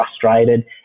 frustrated